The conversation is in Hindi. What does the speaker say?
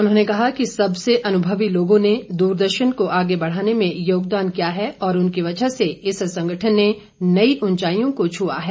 उन्होंने कहा कि सबसे अनुभवी लोगों ने दूरदर्शन को आगे बढ़ाने में योगदान किया है और उनकी वजह से इस संगठन ने नई ऊंचाइयों को छूआ है